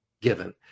given